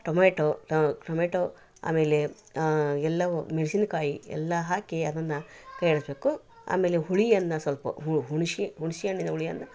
tomato tomato ಆಮೇಲೆ ಎಲ್ಲವು ಮೆಣ್ಸಿನಕಾಯಿ ಎಲ್ಲ ಹಾಕಿ ಅದನ್ನ ತಯಾರಿಸಬೇಕು ಆಮೇಲೆ ಹುಳಿಯನ್ನ ಸ್ವಲ್ಪ ಹುಣ್ಸೆ ಹುಣ್ಸೆ ಹಣ್ಣಿನ ಹುಳಿಯನ್ನ